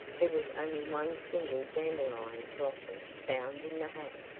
there was only one single dandelion blossom found in the hat.